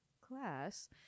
class